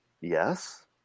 Yes